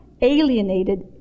alienated